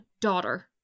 daughter